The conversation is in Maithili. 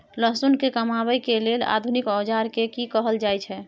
लहसुन के कमाबै के लेल आधुनिक औजार के कि कहल जाय छै?